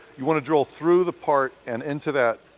you want to drill through the part and into that